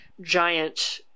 giant